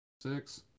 six